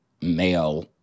male